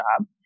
job